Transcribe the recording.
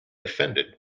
offended